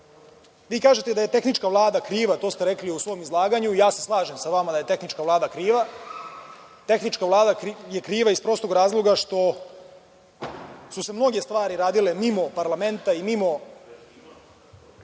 kažete da je tehnička Vlada kriva, to ste rekli u svom izlaganju. Ja se slažem sa vama da je tehnička Vlada kriva. Tehnička Vlada je kriva, iz prostog razloga što su se mnoge stvari radile mimo parlamenta i mimo